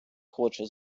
хоче